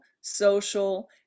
social